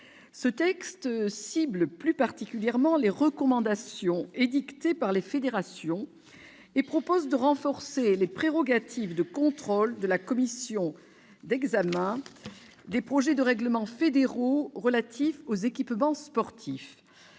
Ce texte cible plus particulièrement les recommandations édictées par les fédérations et propose de renforcer les prérogatives de contrôle de la Commission d'examen des projets de règlements fédéraux relatifs aux équipements sportifs.